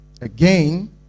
Again